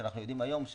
כשאנחנו יודעים היום,